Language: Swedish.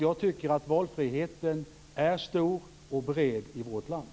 Jag tycker att valfriheten är stor och bred i vårt land.